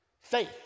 Faith